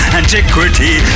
antiquity